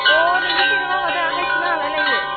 अ नोंनि सेरेबा माथो आखाइ सुनो हालाय लायो